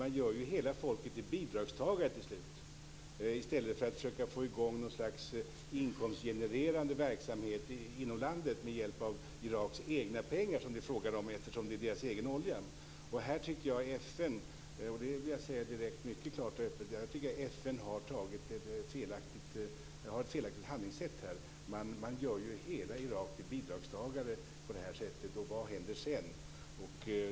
Man gör ju hela folket till bidragstagare till slut i stället för att försöka få i gång något slags inkomstgenererande verksamhet inom landet med hjälp av Iraks egna pengar, som det ju är fråga om eftersom det är deras egen olja. Här tycker jag att FN, och det vill jag direkt säga mycket klart och öppet, har ett felaktigt handlingssätt. Man gör ju hela Irak till bidragstagare på det här sättet. Och vad händer sedan?